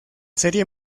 serie